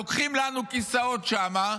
לוקחים לנו כיסאות שם.